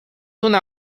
una